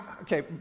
okay